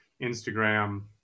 Instagram